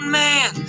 man